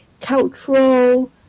cultural